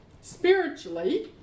spiritually